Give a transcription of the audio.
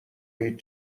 هیچ